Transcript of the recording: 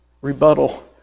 rebuttal